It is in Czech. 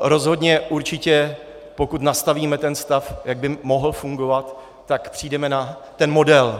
rozhodně, určitě, pokud nastavíme ten stav, jak by mohl fungovat, tak přijdeme na ten model.